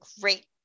great